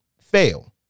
fail